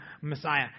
Messiah